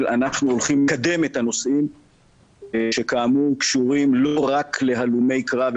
של אנחנו הולכים לקדם את הנושאי שכאמור קשורים לא רק להלומי קרב,